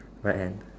right hand